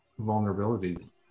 vulnerabilities